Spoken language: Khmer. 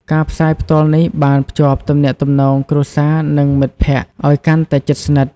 ការផ្សាយផ្ទាល់នេះបានភ្ជាប់ទំនាក់ទំនងគ្រួសារនិងមិត្តភក្តិឱ្យកាន់តែជិតស្និទ្ធ។